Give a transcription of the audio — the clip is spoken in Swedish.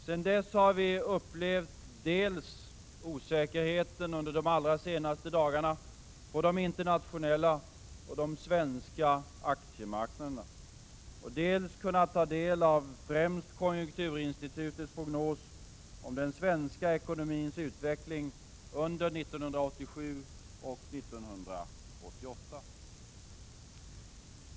Sedan dess har vi dels upplevt osäkerheten under de allra senaste dagarna på den svenska och på de internationella aktiemarknaderna, dels kunnat ta del av främst konjunkturinstitutets prognos om den svenska ekonomins utveckling under 1987 och 1988.